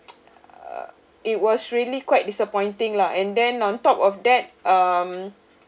err it was really quite disappointing lah and then on top of that um